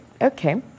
Okay